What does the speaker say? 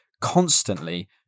constantly